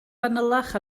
fanylach